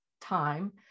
time